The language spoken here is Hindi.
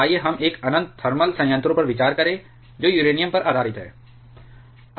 आइए हम एक अनंत थर्मल संयंत्रों पर विचार करें जो यूरेनियम पर आधारित है